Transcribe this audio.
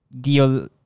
deal